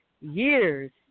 Years